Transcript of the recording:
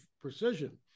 precision